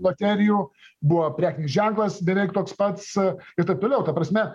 loterijų buvo prekinis ženklas beveik toks pats ir taip toliau ta prasme